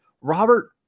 Robert